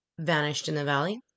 VanishedInTheValley